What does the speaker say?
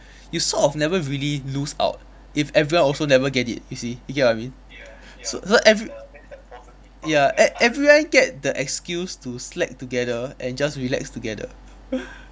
you sort of never really lose out if everyone also never get it you see you get what I mean so so every ya ev~ everyone get the excuse to slack together and just relax together